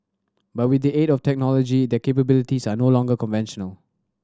but with the aid of technology their capabilities are no longer conventional